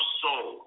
soul